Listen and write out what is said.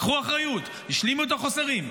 לקחו אחריות, השלימו את החוסרים.